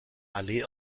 allee